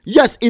Yes